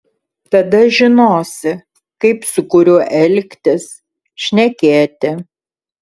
tada žinosi kaip su kuriuo elgtis šnekėti